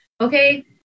okay